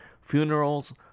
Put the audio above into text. funerals